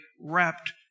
wrapped